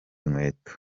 inkweto